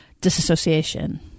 disassociation